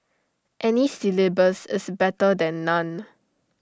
any syllabus is better than none